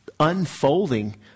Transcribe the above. unfolding